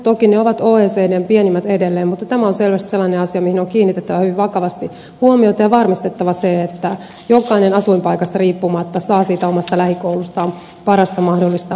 toki ne ovat oecdn pienimmät edelleen mutta tämä on selvästi sellainen asia mihin on kiinnitettävä hyvin vakavasti huomiota ja varmistettava se että jokainen asuinpaikasta riippumatta saa siitä omasta lähikoulustaan parasta mahdollista opetusta